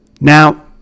Now